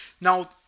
Now